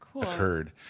occurred